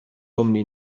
cwmni